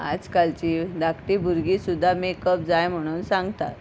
आज कालची धाकटी भुरगीं सुद्दां मेकअप जाय म्हणून सांगतात